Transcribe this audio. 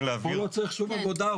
להעביר --- פה לא צריך שום עבודה,